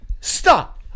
stop